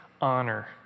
honor